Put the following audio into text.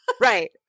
Right